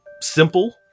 Simple